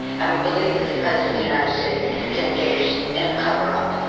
and we believe that the president of the united states has engaged in a cover up,